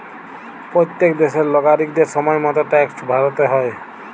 প্যত্তেক দ্যাশের লাগরিকদের সময় মত ট্যাক্সট ভ্যরতে হ্যয়